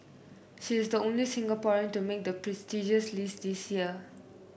she is the only Singaporean to make the prestigious list this year